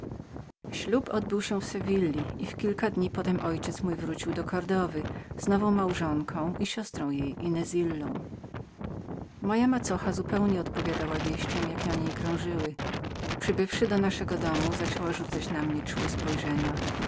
ślub odbył się w sewilli i w kilka dni potem mój ojciec wrócił do kordowy z nową małżonką i siostrą jej inezillą moja macocha zupełnie odpowiadała wieściom jakie o niej krążyły i przybywszy do naszego domu zaczęła naprzód od rzucania na mnie czułych spojrzeń